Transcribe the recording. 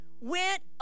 went